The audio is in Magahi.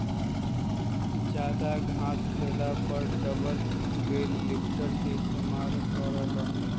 जादा घास होएला पर डबल बेल लिफ्टर के इस्तेमाल कर ल